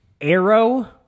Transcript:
Arrow